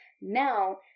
Now